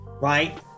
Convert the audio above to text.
right